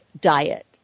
diet